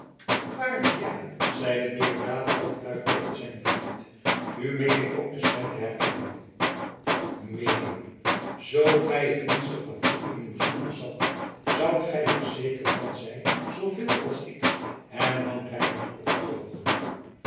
waarlijk ja zeide deodaat halfluid tegen zijn vriend nu meen ik ook de stem te herkennen meenen zoo gij het minste gevoel in uw ziel bezat zoudt gij er zeker van zijn zoowel als ik hernam reinout opgetogen